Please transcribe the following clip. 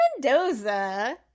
Mendoza